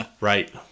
right